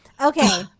Okay